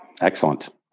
Excellent